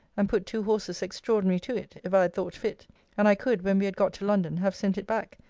and put two horses extraordinary to it, if i had thought fit and i could, when we had got to london, have sent it back,